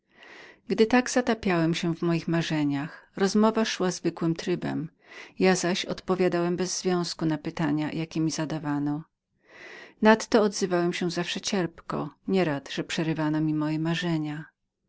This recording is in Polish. gdy tak nawet w towarzystwie zatapiałem się w moich marzeniach rozmowa szła zwykłym trybem ja zaś należałem do niej odpowiadając czasami bez związku na zapytania jakie mi zadawano nadto odzywałem się zawsze cierpko nie rad że przerywano mi mojamoje marzenia